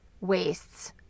wastes